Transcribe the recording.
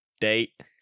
date